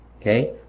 Okay